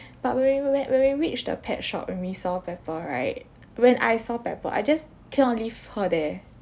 but when we went when we reached the pet shop when we saw pepper right when I saw pepper I just cannot leave her there